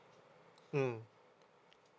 mm